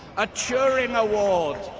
a turing award,